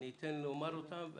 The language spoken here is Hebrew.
אתן לומר אותם.